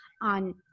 on –